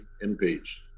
impeached